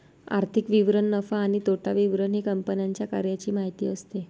आर्थिक विवरण नफा आणि तोटा विवरण हे कंपन्यांच्या कार्याची माहिती असते